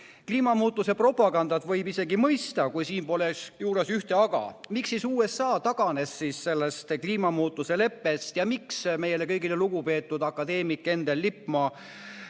autodest. Kliimamuutuse propagandat võib isegi mõista, kui siin poleks juures ühte aga: miks siis USA taganes sellest kliimamuutuse leppest ja miks meile kõigile [tuntud] lugupeetud akadeemik Endel Lippmaa